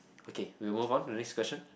okay we'll move on to the next question